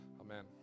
Amen